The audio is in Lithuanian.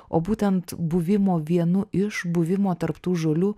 o būtent buvimo vienu iš buvimo tarp tų žolių